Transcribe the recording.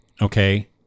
okay